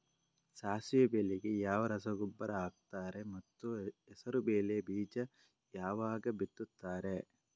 ಸಾಸಿವೆ ಬೆಳೆಗೆ ಯಾವ ರಸಗೊಬ್ಬರ ಹಾಕ್ತಾರೆ ಮತ್ತು ಹೆಸರುಬೇಳೆ ಬೀಜ ಯಾವಾಗ ಬಿತ್ತುತ್ತಾರೆ?